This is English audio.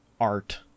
art